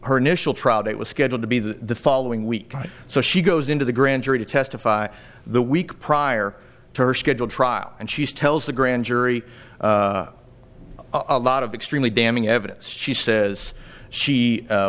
date was scheduled to be the following week so she goes into the grand jury to testify the week prior to her scheduled trial and she's tells the grand jury a lot of extremely damning evidence she says she